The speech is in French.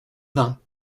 bains